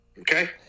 okay